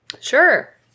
Sure